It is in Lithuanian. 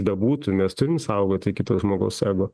bebūtų mes turim saugoti kito žmogaus ego